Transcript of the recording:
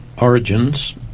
origins